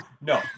no